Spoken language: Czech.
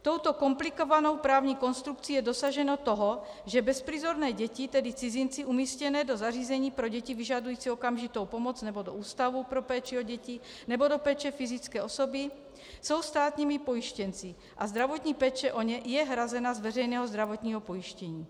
Touto komplikovanou právní konstrukcí je dosaženo toho, že bezprizorné děti, tedy cizinci, umístěné do zařízení pro děti vyžadující okamžitou pomoc nebo do ústavu pro péči o děti nebo do péče fyzické osoby jsou státními pojištěnci a zdravotní péče o ně je hrazena z veřejného zdravotního pojištění.